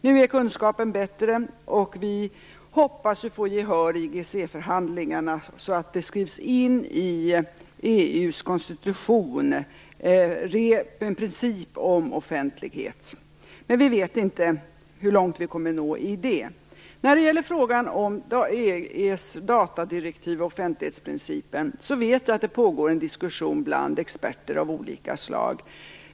Nu är kunskapen bättre, och vi hoppas att få gehör i IGC förhandlingarna, så att det i EU:s konstitution skrivs in en princip om offentlighet. Men vi vet inte hur långt vi kommer att nå i det. När det gäller frågan om EU:s datadirektiv och offentlighetsprincipen, vet jag att det pågår en diskussion bland experter av olika slag.